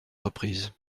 reprises